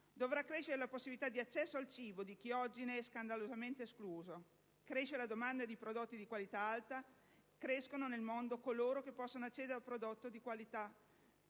(dovrà crescere la possibilità di accesso al cibo da parte di chi oggi ne è scandalosamente escluso) cresce la domanda di prodotti di qualità alta; crescono nel mondo coloro che possono accedere al prodotto di qualità alta.